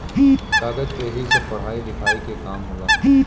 कागज पे ही सब पढ़ाई लिखाई के काम होला